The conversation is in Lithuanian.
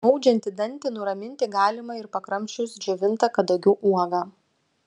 maudžiantį dantį nuraminti galima ir pakramčius džiovintą kadagių uogą